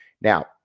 Now